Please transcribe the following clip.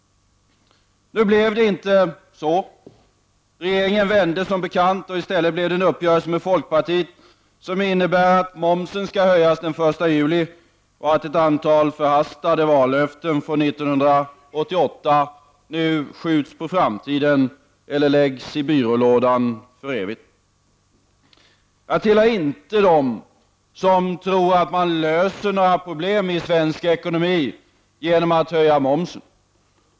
Nu blev det inte så. Regeringen vände som bekant, och i stället blev det en uppgörelse med folkpartiet, som innebär att momsen skall höjas den 1 juli och att ett antal förhastade vallöften från 1988 nu skjuts på framtiden eller läggs i byrålådan för evigt. Jag tillhör inte dem som tror att man löser några problem i svensk ekonomi genom att höja momsen.